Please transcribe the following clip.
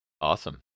Awesome